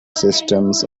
systems